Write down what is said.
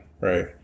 Right